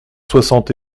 soixante